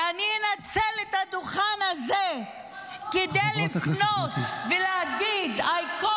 ואני אנצל את הדוכן הזה כדי לפנות ולהגיד: I call